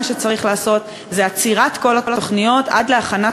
מה שצריך לעשות זה עצירת כל התוכניות עד להכנת